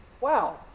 wow